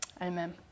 Amen